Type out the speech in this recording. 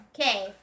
Okay